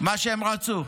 מה שהם רצו.